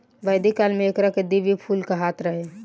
वैदिक काल में एकरा के दिव्य फूल कहात रहे